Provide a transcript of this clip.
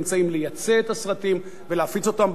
לייצא את הסרטים ולהפיץ אותם בעולם.